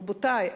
רבותי,